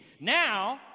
Now